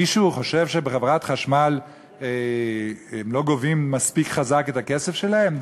מישהו חושב שבחברת חשמל הם לא גובים מספיק חזק את הכסף שלהם?